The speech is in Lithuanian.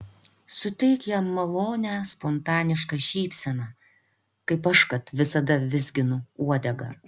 suteik jam malonią spontanišką šypseną kaip aš kad visada vizginu uodegą